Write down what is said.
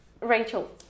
Rachel